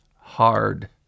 hard